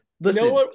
listen